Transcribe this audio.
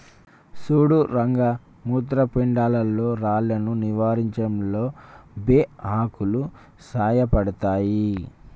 సుడు రంగ మూత్రపిండాల్లో రాళ్లను నివారించడంలో బే ఆకులు సాయపడతాయి